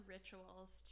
Rituals